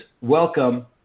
welcome